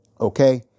okay